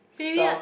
maybe